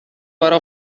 برا